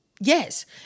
Yes